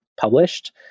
published